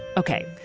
ok,